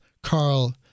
Carl